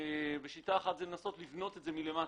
שיטה אחת היא לנסות לבנות את זה מלמטה,